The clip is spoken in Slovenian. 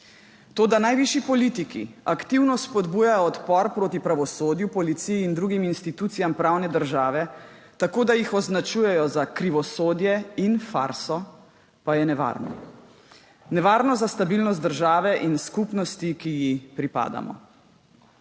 To, da najvišji politiki aktivno spodbujajo odpor proti pravosodju, policiji in drugim institucijam pravne države, tako da jih označujejo za »krivosodje« in »farso«, pa je nevarno. Nevarno za stabilnost države in skupnosti, ki ji pripadamo.